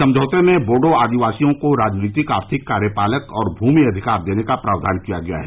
समझौते में बोडो आदिवासियों को राजनीतिक आर्थिक कार्यपालक और भूमि अधिकार देने का प्रावधान किया गया है